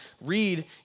read